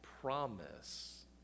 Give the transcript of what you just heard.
promise